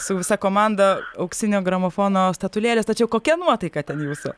su visa komanda auksinio gramofono statulėlės tačiau kokia nuotaika ten jūsų